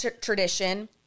tradition